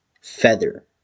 feather